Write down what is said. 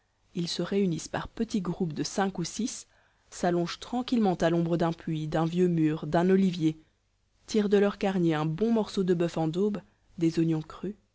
ils se réunissent par petits groupes de cinq ou six s'allongent tranquillement à l'ombre d'un puits d'un vieux mur d'un olivier tirent de leurs carniers un bon morceau de boeuf en daube des oignons crus